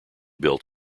built